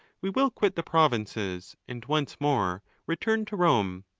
we will quit the provinces, and once more return to rome.